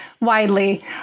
widely